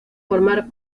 formar